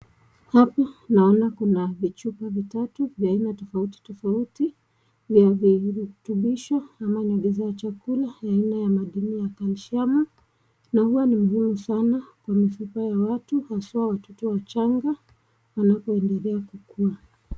Hapa naona kuna vichupa vitatu, vya aina tofautitofauti, ni ya virutubisho ama za chakula aina ya madini ya kalshiamu, na huwa ni zuri sana kwa mifupa ya watu, haswa watoto wachanga, wanapoendelea kukuwa.